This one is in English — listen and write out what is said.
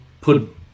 put